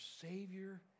Savior